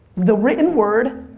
the written word,